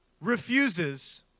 Refuses